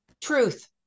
Truth